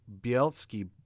Bielski